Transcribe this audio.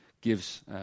gives